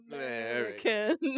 American